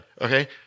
Okay